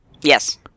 Yes